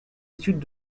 études